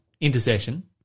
intercession